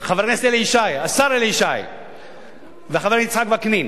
חבר הכנסת אלי ישי, השר אלי ישי והחבר יצחק וקנין,